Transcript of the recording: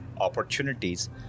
opportunities